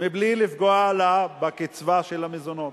בלי לפגוע לה בקצבה של המזונות.